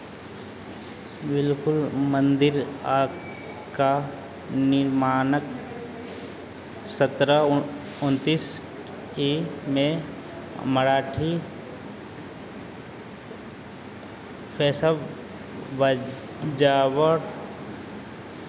बिलकुल मंदिर आ का निर्माणक सत्रह उन् उनतीस ई में मराठी पेशवाज जावर